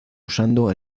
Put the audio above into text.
usando